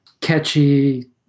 catchy